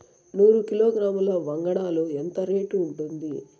నూరు కిలోగ్రాముల వంగడాలు ఎంత రేటు ఉంటుంది?